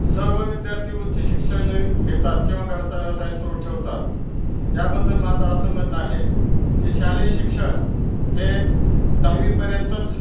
सर्व विद्यार्थी उच्च शिक्षण घेतात किंवा घरचा व्यवसाय सुरू ठेवतात याबद्दल माझं असं मत आहे की शालेय शिक्षण हे दहावीपर्यंतच